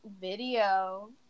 video